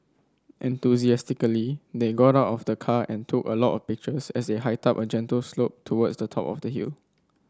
enthusiastically they got out of the car and took a lot of pictures as they hiked up a gentle slope towards the top of the hill